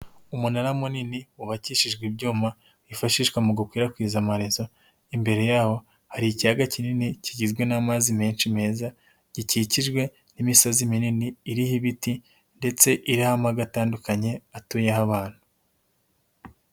Umunara munini wubakishijwe ibyuma bifashishwa mu gukwirakwiza amarezo, imbere y'aho hari ikiyaga kinini kigizwe n'amazi menshi meza gikikijwe n'imisozi minini iriho ibiti ndetse iriho amago atandukanye atuyeho abantu.